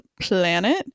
planet